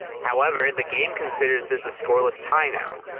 however, the game considers this a scoreless tie now,